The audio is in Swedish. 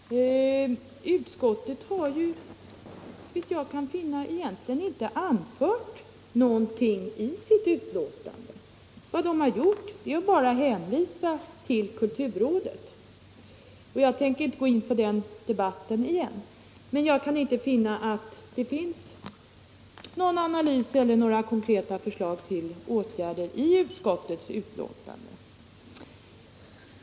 Herr talman! Utskottet har såvitt jag kan finna egentligen inte anfört något i sitt betänkande. Vad det gjort är bara att hänvisa till kulturrådet. Jag tänker inte gå in på den debatten igen, men jag kan inte finna någon analys eller några konkreta förslag till åtgärder i utskottets betänkande.